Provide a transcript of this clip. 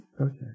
Okay